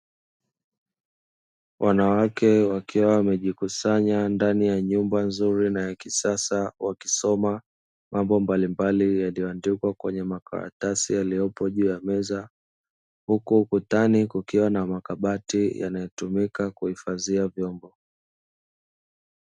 Wanawake wakiwa wamejikusanya ndani ya nyumba nzuri na ya kisasa, wakisoma mambo mbalimbali, yaliyo andikwa kwenye makaratasi yaliyopo juu ya meza, huku ukutani kukiwa na makabati yanayotumika kuhifadhia vyombo.